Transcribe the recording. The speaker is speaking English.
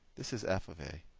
this is f of a.